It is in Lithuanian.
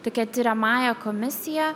tokia tiriamąja komisiją